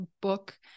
book